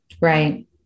Right